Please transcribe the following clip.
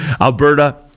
Alberta